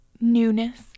newness